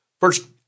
First